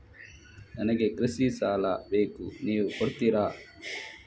ನನಗೆ ಕೃಷಿ ಸಾಲ ಬೇಕು ನೀವು ಕೊಡ್ತೀರಾ?